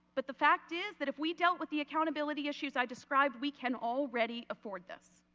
but the fact is that if we dealt with the accountability issues i described we can already afford this.